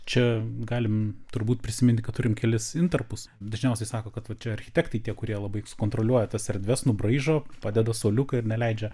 čia galim turbūt prisiminti kad turim kelis intarpus dažniausiai sako kad architektai tie kurie labai kontroliuoja tas erdves nubraižo padeda suoliuką ir neleidžia